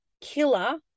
killer